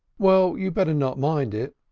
well, you'd better not mind it,